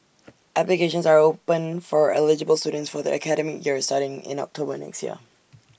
applications are open for eligible students for the academic year starting in October next year